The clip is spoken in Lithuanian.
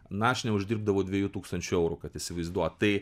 na aš neuždirbdavau dviejų tūkstančių eurų kad įsivaizduot tai